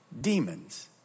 demons